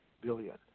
billion